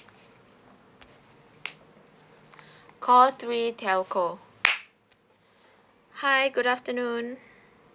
call three telco hi good afternoon